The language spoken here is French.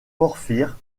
porphyre